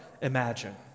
imagine